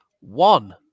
one